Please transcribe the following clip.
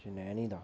चनैनी दा